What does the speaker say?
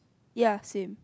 ya same